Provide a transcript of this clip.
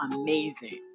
amazing